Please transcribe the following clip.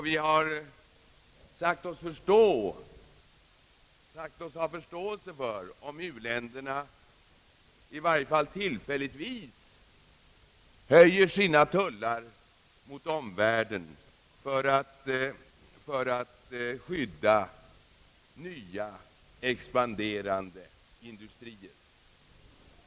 Vi har sagt oss ha förståelse för om u-länderna i varje fall tillfälligtvis höjer sina tullar mot omvärlden för att skydda nya expanderande industrier.